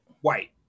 White